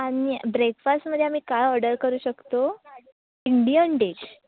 आणि ब्रेकफासमध्ये आम्ही काय ऑडर करू शकतो इंडियन डिश